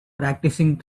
practicing